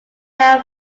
now